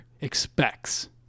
expects